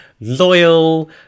loyal